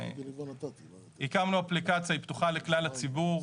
הקמנו אפליקציה, היא פתוחה לכלל הציבור.